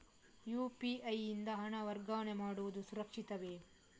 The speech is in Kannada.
ಯು.ಪಿ.ಐ ಯಿಂದ ಹಣ ವರ್ಗಾವಣೆ ಮಾಡುವುದು ಸುರಕ್ಷಿತವೇ?